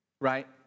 right